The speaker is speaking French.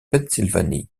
pennsylvanie